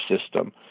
system